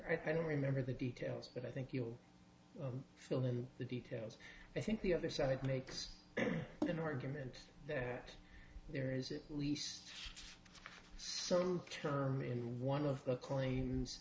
then remember the details but i think you'll fill in the details i think the other side makes an argument that there is a least some term in one of the claims